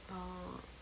orh